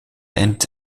ends